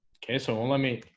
okay, so let me